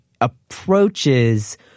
approaches